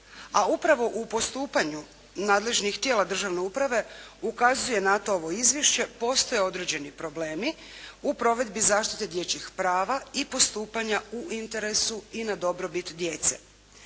a upravo u postupanju nadležnih tijela državne uprave ukazuje na to ovo izvješće, postoje određeni problemi u provedbi zaštite dječjih prava i postupanja u interesu i na dobrobit djece.